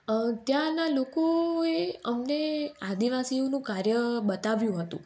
ત્યાંના લોકોએ અમને આદિવાસીઓનું કાર્ય બતાવ્યું હતું